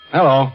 Hello